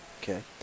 Okay